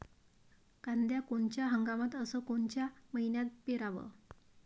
कांद्या कोनच्या हंगामात अस कोनच्या मईन्यात पेरावं?